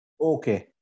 Okay